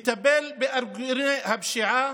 לטפל בארגוני הפשיעה.